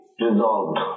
resolved